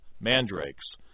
mandrakes